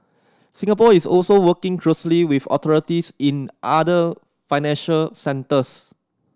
Singapore is also working closely with authorities in other financial centres